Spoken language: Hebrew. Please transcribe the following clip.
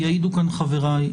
ויעידו כאן חבריי,